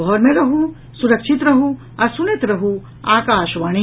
घर मे रहू सुरक्षित रहू आ सुनैत रहू आकाशवाणी